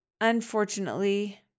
unfortunately